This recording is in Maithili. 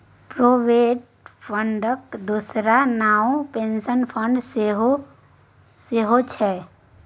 प्रोविडेंट फंडक दोसर नाओ पेंशन फंड सेहौ छै